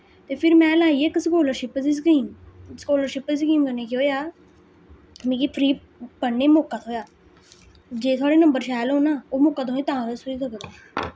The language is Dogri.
ते फिर में लाई इक स्कालरशिप दी स्कीम स्कालरशिप दी स्कीम कन्नै केह् होएआ मिकी फ्री पढ़ने मौका थोएआ जे थुआड़े नंबर शैल होन ना ओह् मौका तुसेंगी तां गै थ्होई सकदा